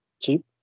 cheap